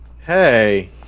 Hey